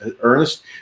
Ernest